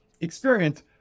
experience